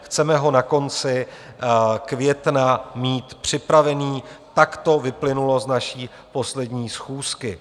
Chceme ho na konci května mít připravený, tak to vyplynulo z naší poslední schůzky.